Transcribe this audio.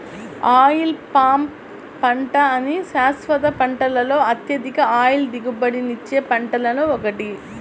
oil palm పంట అన్ని శాశ్వత పంటలలో అత్యధిక ఆయిల్ దిగుబడినిచ్చే పంటలలో ఒకటి